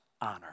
honor